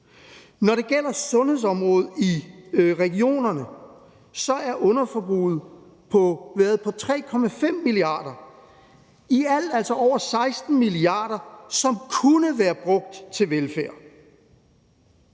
Når det gælder sundhedsområdet i regionerne, har underforbruget været på 3,5 mia. kr. – i alt altså over 16 mia. kr., som kunne være brugt til velfærd.